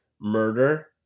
murder